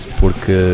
porque